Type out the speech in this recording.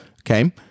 Okay